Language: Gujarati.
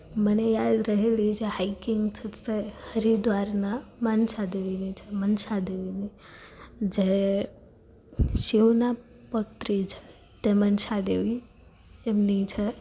મને યાદ રહેલી જે હાઇકિંગ છે તે હરિદ્વારમાં મનસા દેવીની છે મનસા દેવી જે શિવનાં પુત્રી છે તે મનસા દેવી તેમની છે